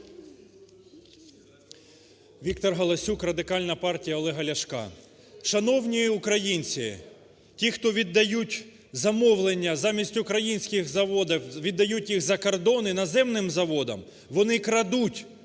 ВікторГаласюк, Радикальна партія Олега Ляшка. Шановні українці, ті, хто віддають замовлення замість українським заводам, віддають їх за кордон іноземним заводам, вони крадуть